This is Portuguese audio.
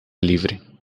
livre